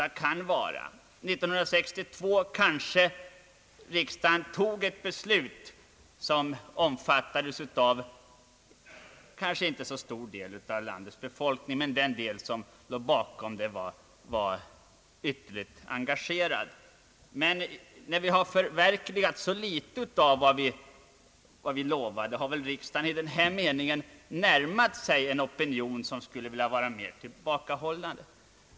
År 1962 fattade riksdagen ett beslut som kanske inte omfattades av så stor del av landets befolkning, men den del som låg bakom det var ytterligt engagerad. Men när vi har förverkligat så litet av vad vi lovade, har väl riksdagen närmat sig en opinion som skulle vilja vara mera tillbakahållande.